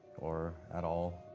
or at all.